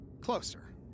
closer